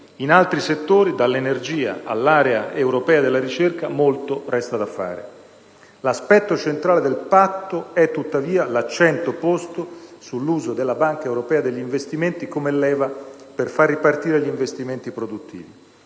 In altri settori, dall'energia all'area europea della ricerca, molto resta da fare. L'aspetto centrale del Patto è, tuttavia, l'accento posto sull'uso della Banca europea per gli investimenti come leva per fare ripartire gli investimenti produttivi.